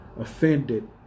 offended